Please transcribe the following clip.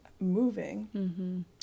moving